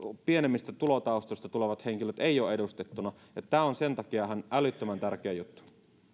pienempituloisista taustoista tulevat henkilöt eivät ole edustettuina ja tämä on sen takia ihan älyttömän tärkeä juttu